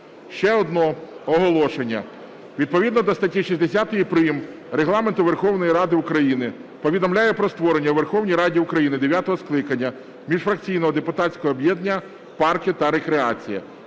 Ще одне оголошення. Відповідно до статті 60 прим. Регламенту Верховної Ради України повідомляю про створення в Верховній Раді України дев'ятого скликання міжфракційного депутатського об'єднання "Парки та рекреація".